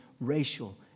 racial